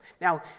Now